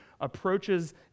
approaches